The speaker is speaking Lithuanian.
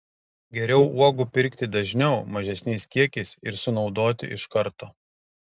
geriau uogų pirkti dažniau mažesniais kiekiais ir sunaudoti iš karto